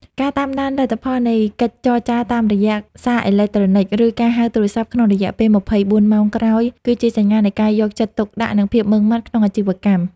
ការតាមដានលទ្ធផលនៃកិច្ចចរចាតាមរយៈសារអេឡិចត្រូនិច ឬការហៅទូរស័ព្ទក្នុងរយៈពេល ២៤ ម៉ោងក្រោយ គឺជាសញ្ញានៃការយកចិត្តទុកដាក់ និងភាពម៉ឺងម៉ាត់ក្នុងអាជីវកម្ម។